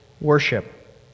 worship